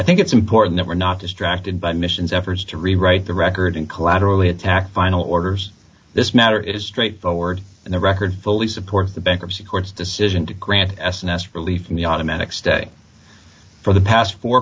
think it's important that we're not distracted by missions efforts to rewrite the record and collaterally attack final orders this matter is straight forward and the record fully supports the bankruptcy court's decision to grant s n s relief from the automatic stay for the past four